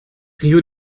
rio